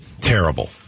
Terrible